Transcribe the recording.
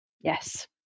yes